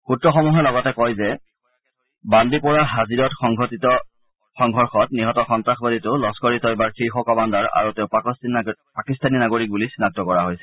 সূত্ৰসমূহে লগতে কয় যে বান্দিপ'ৰা হাজিনত সংঘটিত সংঘৰ্ষত নিহত সন্তাসবাদীজন লস্কৰ ই টয়বাৰ শীৰ্ষ কামাণ্ডাৰ আৰু তেওঁ পাকিস্তানী নাগৰিক বুলি চিনাক্ত কৰা হৈছে